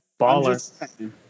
baller